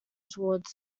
toward